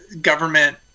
government